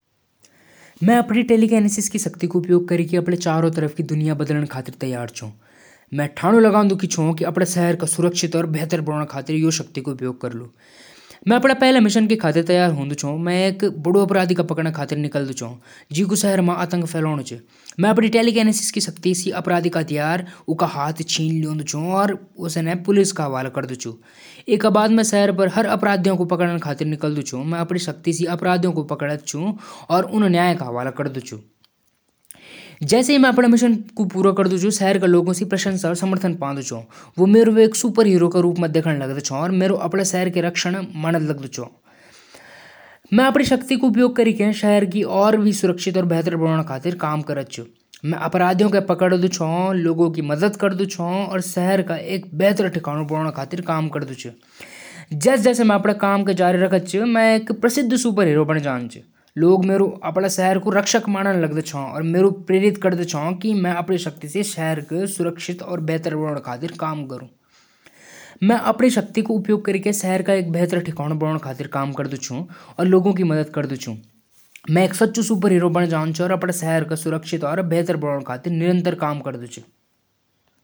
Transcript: अगर म खो जांदु, त स्थानीय लोगन स मदद मांगदु। फोन म मैप्स उपयोग करदु। अगर भाषा क समस्या होलु त इशारे स बात करदु। होटल या पुलिस स्टेशन क मदद ले सकदु।